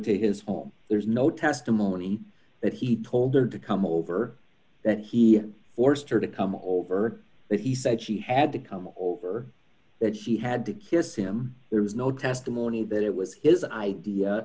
to his home there's no testimony that he told her to come over that he forced her to come over but he said she had to come over that she had to kiss him there was no testimony that it was his idea